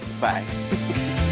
Bye